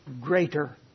Greater